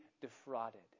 defrauded